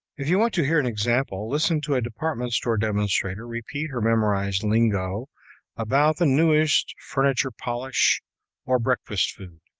if you want to hear an example, listen to a department store demonstrator repeat her memorized lingo about the newest furniture polish or breakfast food.